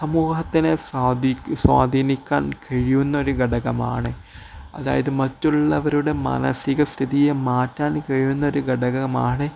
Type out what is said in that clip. സമൂഹത്തിനെ സ്വാധീനിക്കാൻ കഴിയുന്ന ഒരു ഘടകമാണ് അതായത് മറ്റുള്ളവരുടെ മാനസിക സ്ഥിതിയെ മാറ്റാൻ കഴിയുന്ന ഒരു ഘടകമാണ്